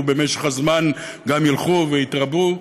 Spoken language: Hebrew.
ובמשך הזמן הם גם ילכו ויתרבו,